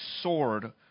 sword